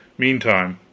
meantime.